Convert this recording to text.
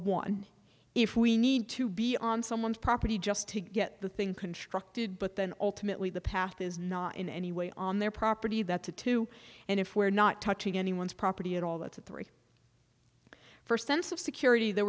one if we need to be on someone's property just to get the thing constructed but then ultimately the path is not in any way on their property that to two and if we're not touching anyone's property at all that's a three for sense of security there